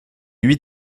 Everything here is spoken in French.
huit